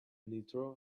nitro